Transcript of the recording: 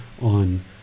on